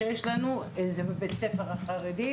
שזו תכנית לתגבור לימודי לחטיבה ולתיכון,